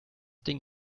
ding